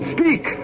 Speak